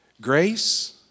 Grace